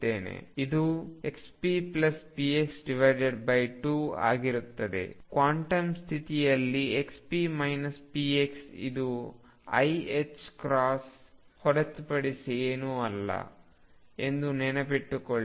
ಇದು ⟨xppx⟩2 ಆಗಿರುತ್ತದೆ ಕ್ವಾಂಟಮ್ ಸ್ಥಿತಿಯಿಂದ xp px ಇದು iℏಕ್ರಾಸ್ ಹೊರತುಪಡಿಸಿ ಏನೂ ಅಲ್ಲ ಎಂದು ನೆನಪಿಸಿಕೊಳ್ಳಿ